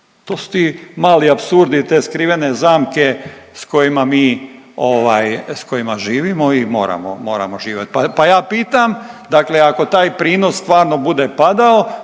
To su ti mali apsurdi i te skrivene zamke s kojima mi ovaj s kojima živimo i moramo, moramo živjet. Pa, pa ja pitam dakle ako taj prinos stvarno bude padao